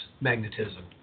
magnetism